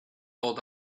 hold